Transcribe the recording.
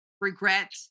regret